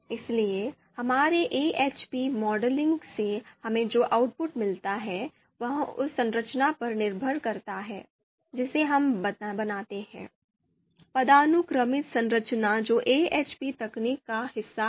इसलिए हमारे AHPमॉडलिंग से हमें जो आउटपुट मिलता है वह उस संरचना पर निर्भर करता है जिसे हम बनाते हैं पदानुक्रमित संरचना जो AHPतकनीक का हिस्सा है